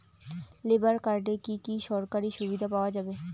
Labour কার্ডে কি কি সরকারি সুবিধা পাওয়া যাবে?